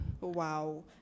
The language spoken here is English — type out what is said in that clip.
Wow